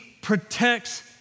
protects